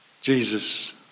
Jesus